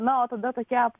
na o tada tokia